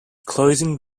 closing